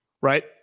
Right